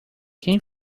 quem